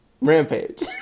Rampage